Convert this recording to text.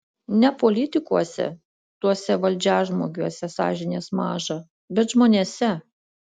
ne politikuose tuose valdžiažmogiuose sąžinės maža bet žmonėse